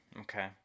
Okay